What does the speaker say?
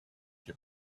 your